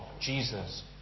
Jesus